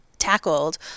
tackled